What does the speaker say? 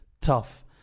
tough